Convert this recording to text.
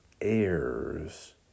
heirs